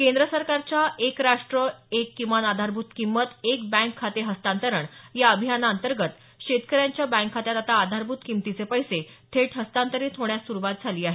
केंद्र सरकारच्या एक राष्ट्र एक किमान आधारभूत किंमत एक बँक खाते हस्तांतरण या अभियानाअंतर्गत शेतकऱ्यांच्या बँक खात्यात आता आधारभूत किमतीचे पैसे थेट हस्तांतरित होण्यास सुरुवात झाली आहे